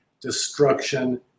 destruction